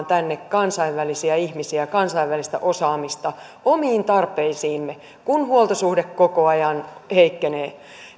tänne kansainvälisiä ihmisiä kansainvälistä osaamista omiin tarpeisiimme kun huoltosuhde koko ajan heikkenee